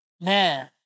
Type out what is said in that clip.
man